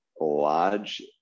large